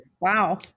Wow